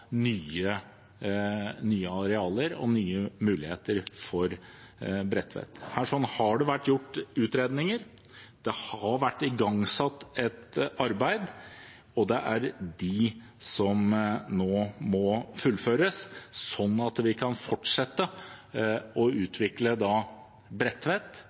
nye arealer og nye muligheter for Bredtvet. Her har det vært gjort utredninger, det har vært igangsatt et arbeid, og det er de som nå må fullføres, sånn at vi kan fortsette å utvikle Bredtvet.